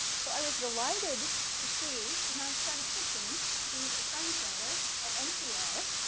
so i was delighted to see she's not a statistician, she's a science writer at npr,